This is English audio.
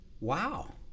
wow